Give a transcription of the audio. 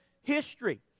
history